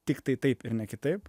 tiktai taip ir ne kitaip